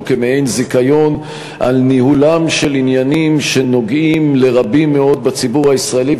כמעין זיכיון על ניהולם של עניינים שנוגעים לרבים מאוד בציבור הישראלי,